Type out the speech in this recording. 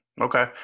Okay